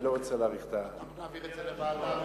אני לא רוצה להאריך את, אנחנו נעביר את זה לוועדה,